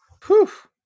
Poof